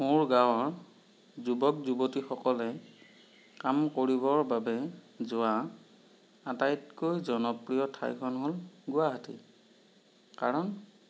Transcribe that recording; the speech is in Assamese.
মোৰ গাঁৱৰ যুৱক যুৱতীসকলে কাম কৰিবৰ বাবে যোৱা আটাইতকৈ জনপ্ৰিয় ঠাইখন হ'ল গুৱাহাটী কাৰণ